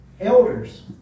Elders